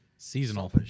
Seasonal